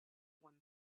one